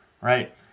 right